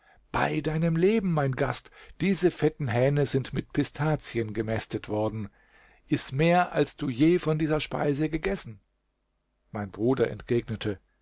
bei deinem leben mein gast diese fetten hähne sind mit pistazien gemästet worden iß mehr als du je von dieser speise gegessen mein bruder entgegnete